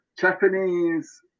Japanese